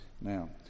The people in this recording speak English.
Now